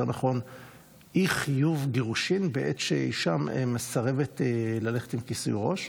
נכון אי-חיוב גירושין בעת שאישה מסרבת ללכת עם כיסוי ראש,